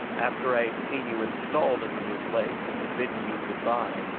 after i had seen you installed in the new place and had bidden you good-bye,